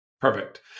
Perfect